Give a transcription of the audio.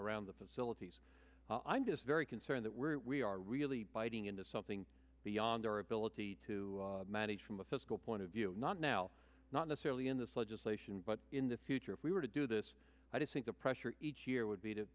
around the facilities i'm just very concerned that we're we are really biting into something beyond our ability to manage from a fiscal point of view not now not necessarily in this legislation but in the future if we were to do this i do think the pressure each year would be to